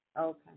Okay